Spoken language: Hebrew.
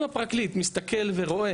אם הפרקליט מסתכל ורואה,